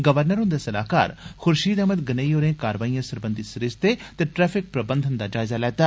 governor हुंदे सलाहकार खुर्षीद अहमद गनेई होरें कारवाईए सरबंधी सरिस्ते ते ट्रैफिक प्रबंधन दा जायजा लैता